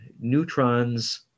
neutrons